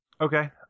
okay